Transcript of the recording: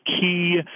key